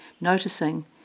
noticing